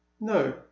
no